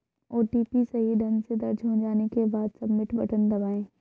OTP सही ढंग से दर्ज हो जाने के बाद, सबमिट बटन दबाएं